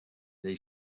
they